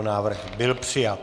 Návrh byl přijat.